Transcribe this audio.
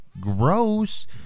gross